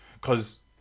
cause